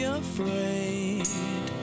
afraid